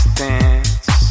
dance